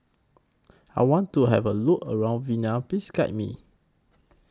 I want to Have A Look around Vienna Please Guide Me